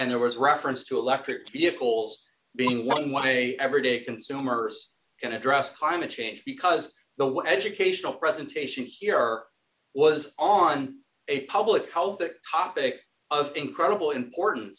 and there was reference to electric vehicles being one way every day consumers and address climate change because the educational presentation here was on a public health topic of incredible importan